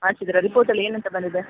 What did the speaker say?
ಮಾಡ್ಸಿದ್ರಾ ರಿಪೋರ್ಟಲ್ಲಿ ಏನಂತ ಬಂದಿದೆ